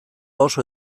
oso